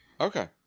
Okay